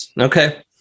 Okay